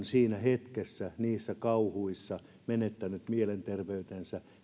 siinä hetkessä niissä kauhuissa menettäneet mielenterveytensä